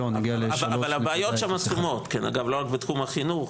אבל הבעיות שם עצומות, לא רק בתחום החינוך.